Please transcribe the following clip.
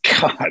God